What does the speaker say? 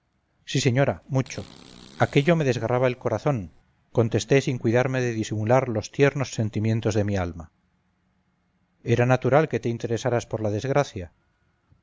sí señora mucho aquello me desgarraba el corazón contesté sin cuidarme de disimular los tiernos sentimientos de mi alma era natural que te interesaras por la desgracia